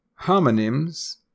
homonyms